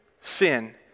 sin